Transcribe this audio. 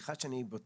וסליחה שאני בוטה,